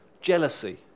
Jealousy